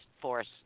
Force